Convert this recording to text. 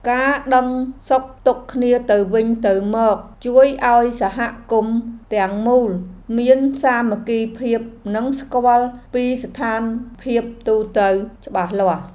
ការដឹងសុខទុក្ខគ្នាទៅវិញទៅមកជួយឱ្យសហគមន៍ទាំងមូលមានសាមគ្គីភាពនិងស្គាល់ពីស្ថានភាពទូទៅច្បាស់លាស់។